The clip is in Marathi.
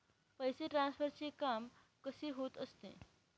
पैसे ट्रान्सफरचे काम कसे होत असते?